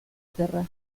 terra